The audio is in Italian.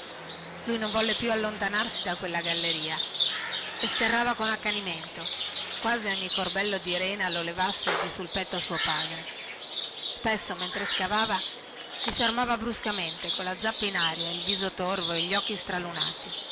anzi non volle più allontanarsi da quella galleria e sterrava con accanimento quasi ogni corbello di rena lo levasse di sul petto a suo padre alle volte mentre zappava si fermava bruscamente colla zappa in aria il viso torvo e gli occhi stralunati